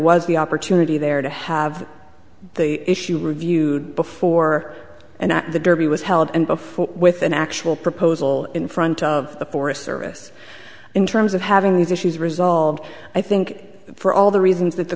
was the opportunity there to have the issue reviewed before and the derby was held and before with an actual proposal in front of the forest service in terms of having these issues resolved i think for all the reasons that the